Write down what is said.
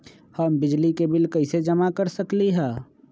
हम बिजली के बिल कईसे जमा कर सकली ह?